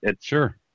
Sure